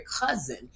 cousin